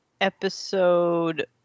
episode